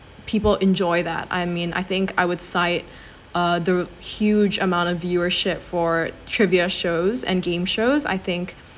people enjoy that I mean I think I would cite uh the huge amount of viewership for trivia shows and game shows I think